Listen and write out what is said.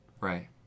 Right